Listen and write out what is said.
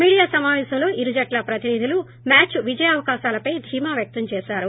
media సమావేశంలో ఇరుజట్ల ప్రతినిధులూ మ్యాద్ విజయావకాశాలపై ధీమా వ్యక్తం చేశారు